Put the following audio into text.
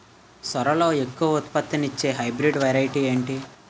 సోరలో ఎక్కువ ఉత్పత్తిని ఇచే హైబ్రిడ్ వెరైటీ ఏంటి?